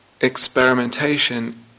Experimentation